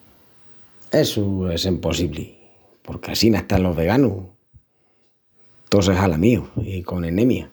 Essu es empossibli, porque assina están los veganus, tós esgalamíus i con enemia.